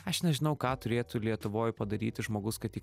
aš nežinau ką turėtų lietuvoj padaryti žmogus kad jį